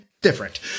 different